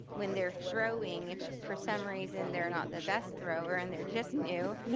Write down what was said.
when they're throwing, if for some reason they're not the best thrower and they're just new,